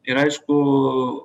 ir aišku